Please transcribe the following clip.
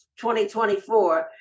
2024